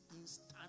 instant